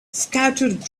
scattered